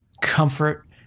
comfort